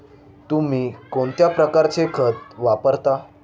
तुम्ही कोणत्या प्रकारचे खत वापरता?